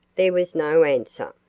there was no answer.